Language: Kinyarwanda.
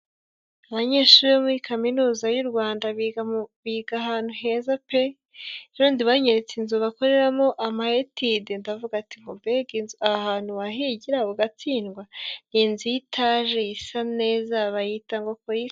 Abanyeshuri bo muri kaminuza y'u Rwanda biga ahantu heza pe! Ejo bundi banyeretse inzu bakoreramo ama etide ndavuga ati ngo mbega inzu, aha hantu wahigira ugatsindwa? Ni inzu y'itaje isa neza, bayita ngo KOICA.